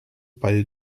paio